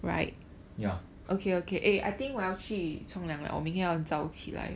ya